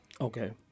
Okay